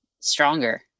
stronger